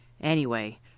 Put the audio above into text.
Anyway